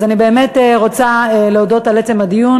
אז אני באמת רוצה להודות על עצם הדיון,